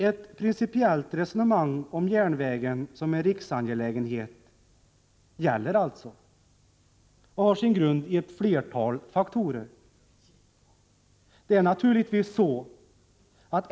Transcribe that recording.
Ett principiellt resonemang om järnvägen som en riksangelägenhet gäller alltså och har sin grund i ett flertal faktorer.